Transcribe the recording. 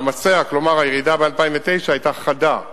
כלומר, הירידה ב-2009 היתה חדה מאוד.